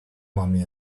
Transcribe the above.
mommy